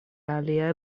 aliaj